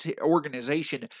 organization